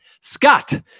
Scott